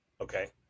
Okay